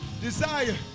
Desire